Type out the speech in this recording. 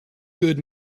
good